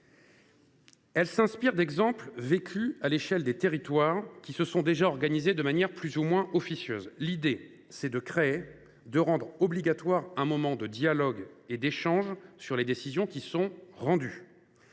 est inspirée d’exemples réels de territoires qui se sont déjà organisés, de manière plus ou moins officieuse. L’idée est de créer, et de rendre obligatoire, un moment de dialogue et d’échanges sur les décisions qui sont rendues.